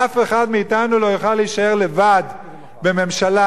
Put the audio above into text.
אף אחד מאתנו לא יוכל להישאר לבד בממשלה